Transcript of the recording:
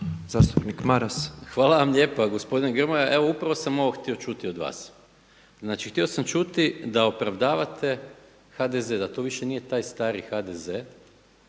Gordan (SDP)** Hvala vam lijepa gospodine Grmoja. Evo, upravo sam ovo htio čuti od vas. Znači, htio sam čuti da opravdavate HDZ, da to više nije taj stari HDZ,